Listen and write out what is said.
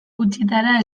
gutxitara